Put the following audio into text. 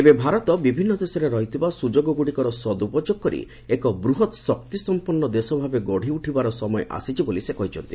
ଏବେ ଭାରତ ବିଭିନ୍ନ ଦେଶରେ ରହିଥିବା ସୁଯୋଗଗୁଡ଼ିକର ସଦୁପଯୋଗ କରି ଏକ ବୃହତ୍ ଶକ୍ତି ସମ୍ପନ୍ନ ଦେଶ ଭାବେ ଗଢି ଉଠିବାର ସମୟ ଆସିଛି ବୋଲି ସେ କହିଛନ୍ତି